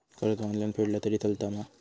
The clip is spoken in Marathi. कर्ज ऑनलाइन फेडला तरी चलता मा?